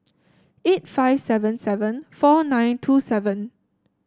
eight five seven seven four nine two seven